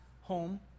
home